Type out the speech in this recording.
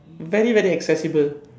very very accessible